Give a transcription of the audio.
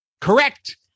Correct